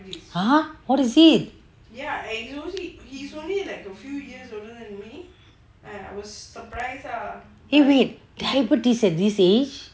!huh! what is it eh wait diabetes at this age